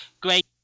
great